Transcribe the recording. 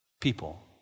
people